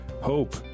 HOPE